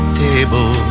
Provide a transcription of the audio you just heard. table